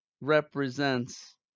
represents